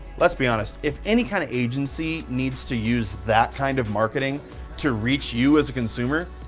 let's be honest, if any kind of agency needs to use that kind of marketing to reach you as a consumer,